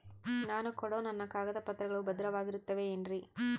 ನಾನು ಕೊಡೋ ನನ್ನ ಕಾಗದ ಪತ್ರಗಳು ಭದ್ರವಾಗಿರುತ್ತವೆ ಏನ್ರಿ?